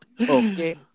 Okay